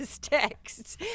texts